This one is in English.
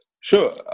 Sure